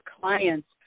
clients